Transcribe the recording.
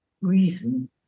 reason